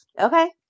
Okay